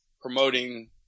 promoting